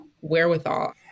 wherewithal